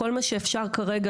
כל מה שאפשר כרגע.